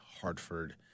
Hartford